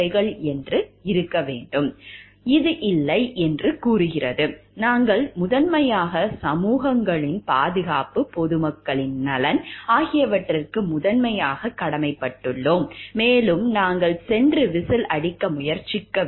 இது இல்லை என்று கூறுகிறது நாங்கள் முதன்மையாக சமூகங்களின் பாதுகாப்பு பொது மக்களின் நலன் ஆகியவற்றிற்கு முதன்மையாகக் கடமைப்பட்டுள்ளோம் மேலும் நாங்கள் சென்று விசில் அடிக்க முயற்சிக்க வேண்டும்